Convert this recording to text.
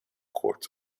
court